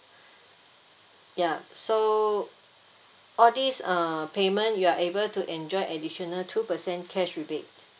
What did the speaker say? yup so all these uh payment you're able to enjoy additional two percent cash rebate